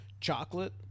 chocolate